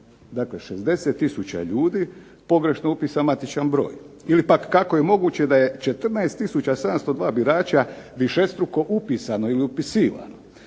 dakle 60 tisuća ljudi pogrešno upisan matičan broj ili pak kako je moguće da je 14 tisuća 702 birača višestruko upisano ili upisivano,